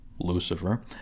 Lucifer